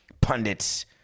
pundits